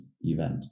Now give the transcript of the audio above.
event